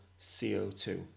CO2